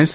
S